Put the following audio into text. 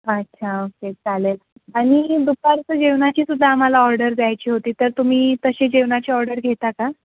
अच्छा ओके चालेल आणि दुपारचं जेवणाची सुद्धा आम्हाला ऑर्डर द्यायची होती तर तुम्ही तशी जेवणाची ऑर्डर घेता का